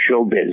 showbiz